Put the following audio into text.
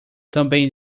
também